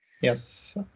yes